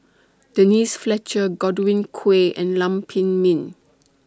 Denise Fletcher Godwin Koay and Lam Pin Min